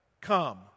come